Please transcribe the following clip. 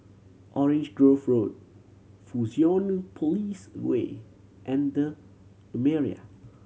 Orange Grove Road Fusionopolis Way and The Lumiere